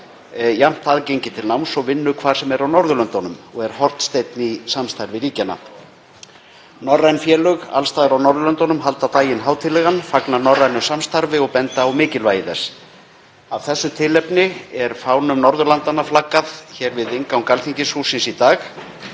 aðgengi til náms og vinnu hvar sem er á Norðurlöndunum og er hornsteinn samstarfs ríkjanna. Norræn félög alls staðar á Norðurlöndunum halda daginn hátíðlegan, fagna norrænu samstarfi og benda á mikilvægi þess. Af þessu tilefni er nú fánum Norðurlandanna flaggað hér við inngang Alþingishússins.